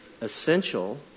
essential